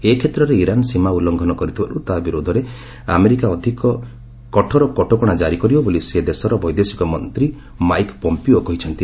ଏକ୍ଷେତ୍ରରେ ଇରାନ୍ ସୀମା ଉଲ୍ଲଙ୍ଘନ କରିଥିବାରୁ ତାହା ବିରୋଧରେ ଆମେରିକା ଅଧିକ କଠୋର କଟକଣା କ୍ରାରି କରିବ ବୋଲି ସେ ଦେଶର ବୈଦେଶିକ ମନ୍ତ୍ରୀ ମାଇକ୍ ପମ୍ପିଓ କହିଛନ୍ତି